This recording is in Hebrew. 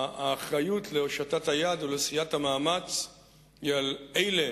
האחריות להושטת היד ולעשיית המאמץ היא על אלה